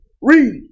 Read